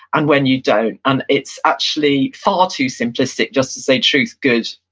and when you don't. and it's actually far too simplistic just to say truth, good,